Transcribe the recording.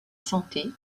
santé